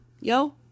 yo